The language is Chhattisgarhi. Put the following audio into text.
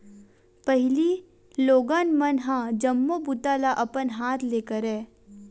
पहिली लोगन मन ह जम्मो बूता ल अपन हाथ ले करय